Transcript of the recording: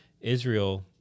Israel